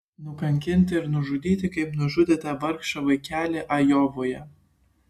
nukankinti ir nužudyti kaip nužudėte vargšą vaikelį ajovoje